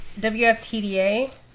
WFTDA